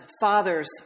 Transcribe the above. father's